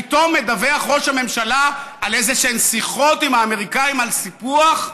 פתאום מדווח ראש הממשלה על איזשהן שיחות עם האמריקנים על סיפוח,